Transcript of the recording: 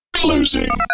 closing